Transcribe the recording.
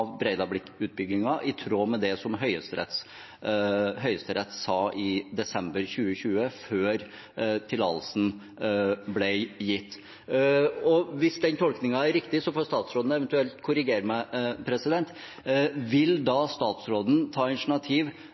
i tråd med det Høyesterett sa i desember 2020, før tillatelsen ble gitt. Hvis den tolkningen er riktig – statsråden får eventuelt korrigere meg: Vil da statsråden ta initiativ